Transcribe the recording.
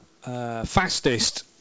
fastest